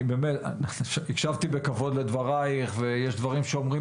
אני באמת הקשבתי בכבוד לדברייך ויש דברים שאומרים